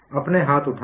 अपने हाथ उठाएं